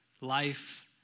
life